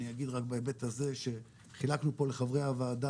אני אגיד רק בהיבט הזה שחילקנו פה לחברי הוועדה